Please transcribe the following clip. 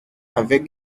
avec